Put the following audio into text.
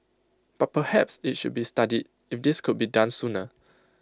but perhaps IT should be studied if this could be done sooner